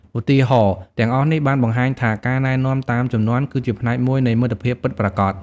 ឧទាហរណ៍ទាំងអស់នេះបានបង្ហាញថាការណែនាំតាមជំនាន់ គឺជាផ្នែកមួយនៃមិត្តភាពពិតប្រាកដ។